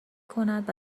کند